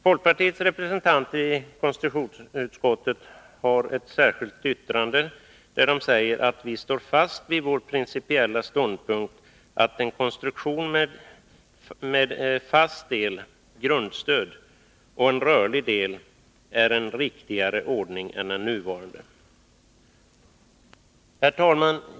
Folkpartiets representanter i konstitutionsutskottet förklarar i ett särskilt yttrande att vi inom folkpartiet står fast vid vår principiella ståndpunkt att en konstruktion med en fast del — grundstöd — och en rörlig del är en riktigare ordning än den nuvarande. Herr talman!